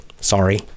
Sorry